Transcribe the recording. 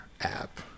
app